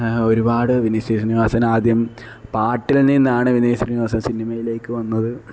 ഒരുപാട് വിനീത് ശ്രീനിവാസന് ആദ്യം പാട്ടില് നിന്നാണ് വിനീത് ശ്രീനിവാസന് സിനിമയിലേക്ക് വന്നത്